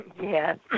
Yes